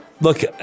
Look